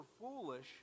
foolish